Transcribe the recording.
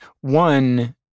One